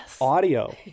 audio